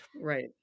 Right